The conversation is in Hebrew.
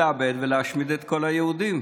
לאבד ולהשמיד את כל היהודים.